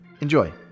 Enjoy